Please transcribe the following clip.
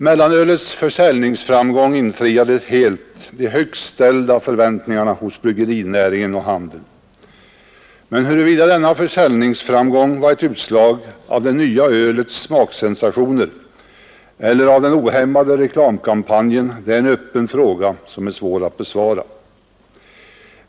Mellanölets försäljningsframgång infriade helt de högt ställda förväntningarna hos bryggerinäringen och handeln, men huruvida denna försäljningsframgång var ett utslag av det nya ölets smaksensationer eller av den ohämmade reklamkampanjen är en fråga som är svår att besvara.